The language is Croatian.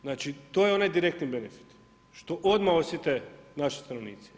Znači to je onaj direktno benefit što odmah osjete naši stanovnici.